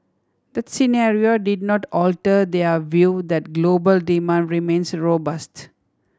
the scenario did not alter their view that global demand remains robust